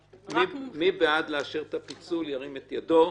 מי בעד לאשר את הפיצול, ירים את ידו?